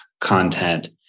content